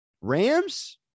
Rams